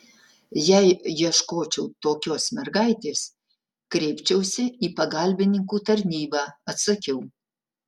jei ieškočiau tokios mergaitės kreipčiausi į pagalbininkų tarnybą atsakiau